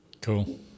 Cool